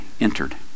entered